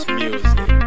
music